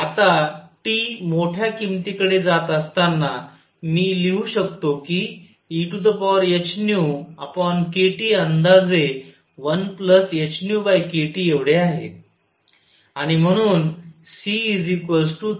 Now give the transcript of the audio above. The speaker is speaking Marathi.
आता T मोठ्या किमतीकडे जात असताना मी लिहू शकतो कि ehνkT अंदाजे 1hνkTएवढे आहे